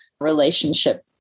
relationship